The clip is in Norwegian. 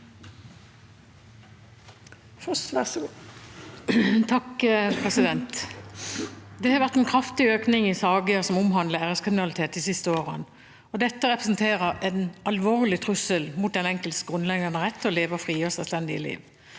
Det har vært en kraftig økning i saker som omhandler æreskriminalitet de siste årene, og dette representerer en alvorlig trussel mot den enkeltes grunnleggende rett til å leve et fritt og selvstendig liv.